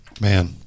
Man